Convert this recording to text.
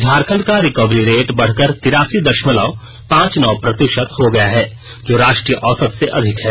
झारखंड का recovery rate बढ़कर तिरासी दशमलव पांच नौ प्रतिशत हो गया है जो राष्ट्रीय औसत से अधिक है